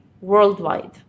worldwide